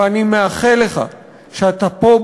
ואני מאחל לך שאתה פה,